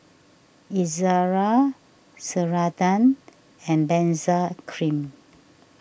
Ezerra Ceradan and Benzac Cream